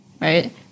right